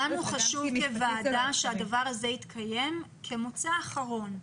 לנו בוועדה חשוב שהדבר הזה יתקיים כמוצא אחרון.